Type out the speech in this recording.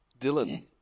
Dylan